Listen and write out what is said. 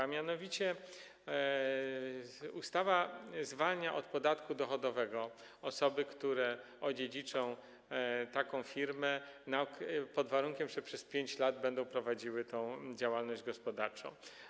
A mianowicie ustawa zwalnia od podatku dochodowego osoby, które odziedziczą taką firmę, pod warunkiem że przez 5 lat będą prowadziły tę działalność gospodarczą.